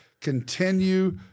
continue